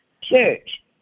church